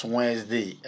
Wednesday